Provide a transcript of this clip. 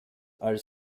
als